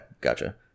Gotcha